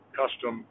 custom